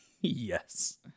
yes